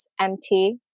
MT